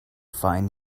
find